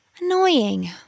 Annoying